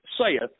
saith